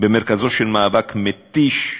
במרכזו של מאבק מתיש,